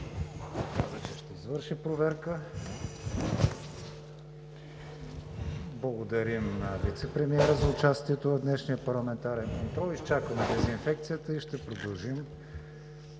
Благодарим на вицепремиера за участието в днешния парламентарен контрол. Изчакваме дезинфекцията, след което ще продължим